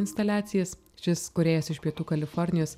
instaliacijas šis kūrėjas iš pietų kalifornijos